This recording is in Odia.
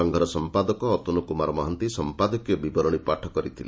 ସଂଘର ସମ୍ମାଦକ ଅତନୁ କୁମାର ମହାନ୍ତି ସଫ୍ଫାଦକୀୟ ବିବରଣୀ ପାଠ କରିଥିଲେ